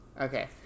Okay